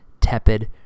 tepid